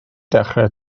dechrau